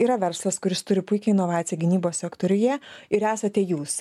yra verslas kuris turi puikią inovaciją gynybos sektoriuje ir esate jūs